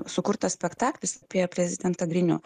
sukurtas spektaklis apie prezidentą grinių